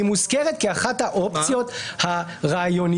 היא מוזכרת כאחת האופציות הרעיוניות